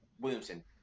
Williamson